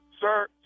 sir